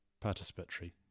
participatory